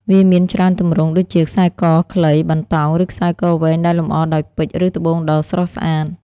វាមានច្រើនទម្រង់ ដូចជាខ្សែកខ្លី បណ្តោង ឬខ្សែកវែងដែលលម្អដោយពេជ្រ ឬត្បូងដ៏ស្រស់ស្អាត។